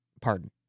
pardon